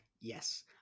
yes